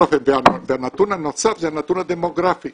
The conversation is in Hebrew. והנתון הנוסף זה הנתון הדמוגרפי.